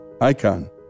icon